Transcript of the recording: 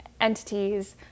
entities